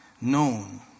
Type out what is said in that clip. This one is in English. known